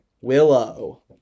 Willow